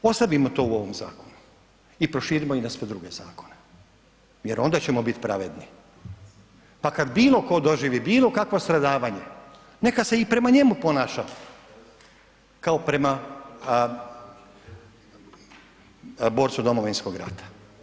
Ili ostavimo to u ovom zakonu i proširimo na sve druge zakone jer onda ćemo biti pravedni, pa kada bilo tko doživi bilo kakvo stradavanje neka se i prema njemu ponaša kao prema borcu Domovinskog rata.